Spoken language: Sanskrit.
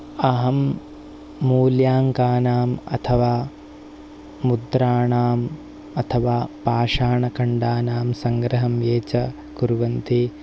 अहं मूल्याङ्कानाम् अथवा मुद्राणां अथवा पाषाणखण्डानां सङ्ग्रहं ये च कुर्वन्ति